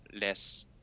less